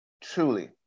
truly